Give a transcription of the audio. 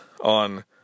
on